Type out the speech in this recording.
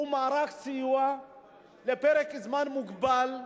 זהו מערך סיוע לפרק זמן מוגבל,